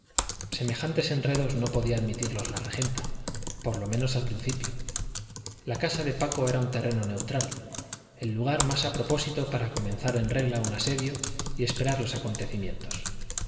semejantes enredos no podía admitirlos la regenta por lo menos al principio la casa de paco era un terreno neutral el lugar más a propósito para comenzar en regla un asedio y esperar los acontecimientos